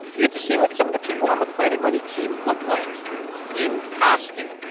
you get to see what some of the people on the planet money team look like in costume.